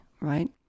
right